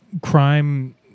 crime